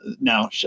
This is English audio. now